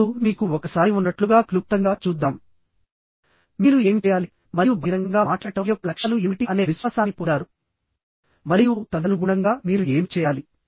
ఇప్పుడు మీకు ఒకసారి ఉన్నట్లుగా క్లుప్తంగా చూద్దాం మీరు ఏమి చేయాలి మరియు బహిరంగంగా మాట్లాడటం యొక్క లక్ష్యాలు ఏమిటి అనే విశ్వాసాన్ని పొందారు మరియు తదనుగుణంగా మీరు ఏమి చేయాలి